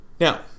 Now